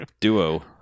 duo